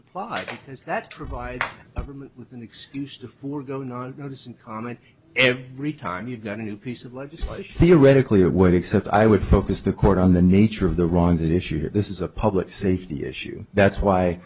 apply that to provide an excuse to forgo not notice and comment every time you got a new piece of legislation theoretically it would except i would focus the court on the nature of the wrongs that issue here this is a public safety issue that's why